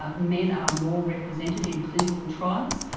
ah men are more represented in clinical trials.